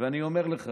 ואני אומר לך